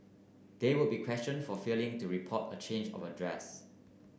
they will be questioned for failing to report a change of address